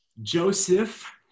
Joseph